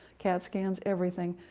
cat scans, everything.